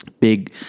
Big